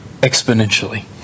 exponentially